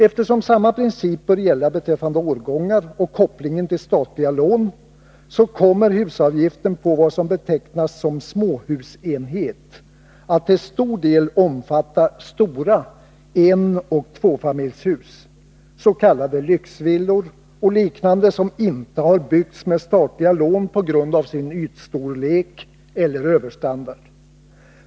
Eftersom samma princip bör gälla beträffande årgångar och kopplingen till statliga lån kommer husavgiften på vad som betecknas som småhusenhet att till stor del omfatta stora enoch tvåfamiljshus, s.k. lyxvillor och liknande som inte har byggts med statliga lån på grund av sin ytstorlek eller överstandard.